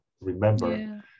remember